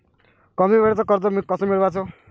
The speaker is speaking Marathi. कमी वेळचं कर्ज कस मिळवाचं?